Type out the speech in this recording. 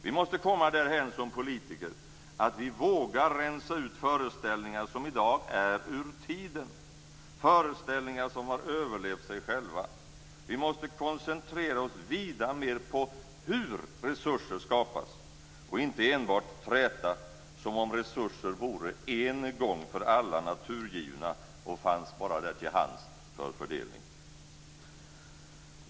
Vi måste komma därhän som politiker att vi vågar rensa ut föreställningar som i dag är ur tiden, föreställningar som har överlevt sig själva. Vi måste koncentrera oss vida mer på hur resurser skapas och inte enbart träta som om resurser vore en gång för alla naturgivna och fanns till hands bara för fördelning.